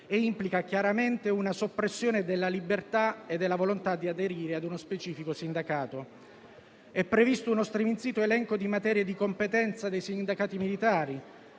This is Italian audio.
e implica chiaramente una soppressione della libertà e della volontà di aderire ad uno specifico sindacato. È previsto uno striminzito elenco di materie di competenza dei sindacati militari: